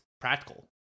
practical